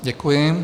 Děkuji.